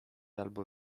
albo